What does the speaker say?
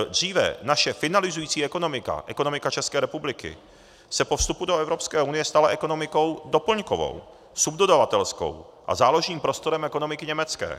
Dříve naše finalizující ekonomika, ekonomika České republiky, se po vstupu do Evropské unie stala ekonomikou doplňkovou, subdodavatelskou a záložním prostorem ekonomiky německé.